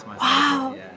Wow